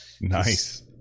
Nice